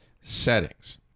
settings